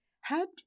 Had